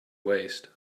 waste